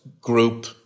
group